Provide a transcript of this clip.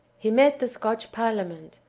he met the scotch parliament,